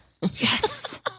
Yes